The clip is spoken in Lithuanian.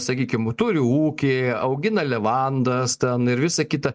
sakykim turi ūkį augina levandas ten ir visa kita